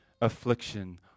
affliction